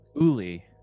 Uli